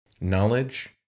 knowledge